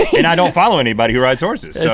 and i don't follow anybody who rides horses, so.